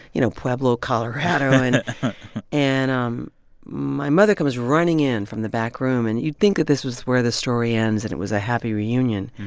you know, pueblo, colo um and um my mother comes running in from the back room. and you'd think that this was where the story ends and it was a happy reunion.